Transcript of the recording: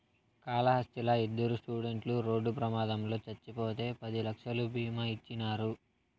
కాళహస్తిలా ఇద్దరు స్టూడెంట్లు రోడ్డు ప్రమాదంలో చచ్చిపోతే పది లక్షలు బీమా ఇచ్చినారు